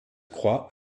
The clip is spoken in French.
croix